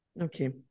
Okay